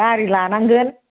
गारि लानांगोन